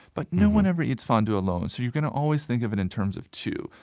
but no one ever eats fondue alone, so you're going to always think of it in terms of two.